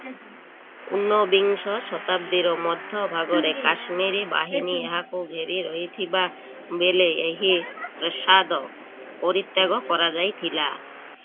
ଉନବିଂଶ ଶତାବ୍ଦୀର ମଧ୍ୟଭାଗରେ କାଶ୍ମୀରୀ ବାହିନୀ ଏହାକୁ ଘେରି ରହିଥିବା ବେଳେ ଏହି ପ୍ରାସାଦ ପରିତ୍ୟାଗ କରାଯାଇଥିଲା